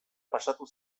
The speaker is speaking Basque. pasatu